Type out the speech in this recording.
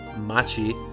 Machi